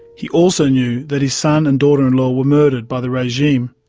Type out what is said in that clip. he also knew that his son and daughter-in-law were murdered by the regime.